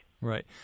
Right